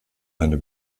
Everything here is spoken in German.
eine